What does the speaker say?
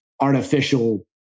artificial